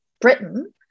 Britain